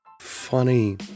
funny